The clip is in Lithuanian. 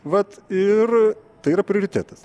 vat ir tai yra prioritetas